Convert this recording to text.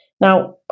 Now